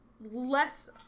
less